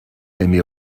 emmy